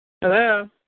Hello